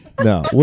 No